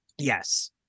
Yes